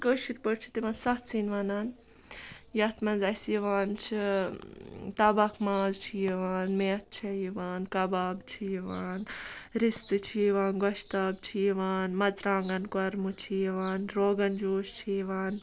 کٲشِرۍ پٲٹھۍ چھِ تِمَن سَتھ سِنۍ وَنان یَتھ منٛز اَسہِ یِوان چھِ تَبَکھ ماز چھِ یِوان میتھ چھےٚ یِوان کَباب چھِ یِوان رِستہٕ چھِ یِوان گۄشتاب چھِ یِوان مرژٕوانٛگَن کۄرمہٕ چھِ یِوان روغَن جوش چھِ یِوان